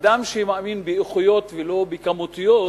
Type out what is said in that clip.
אדם שמאמין באיכויות ולא בכמויות,